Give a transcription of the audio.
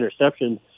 interceptions